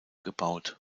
gebaut